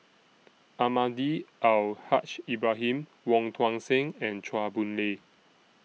Almahdi Al Haj Ibrahim Wong Tuang Seng and Chua Boon Lay